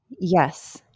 Yes